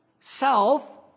self